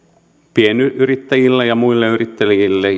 pienyrittäjille ja muille yrittäjille